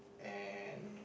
and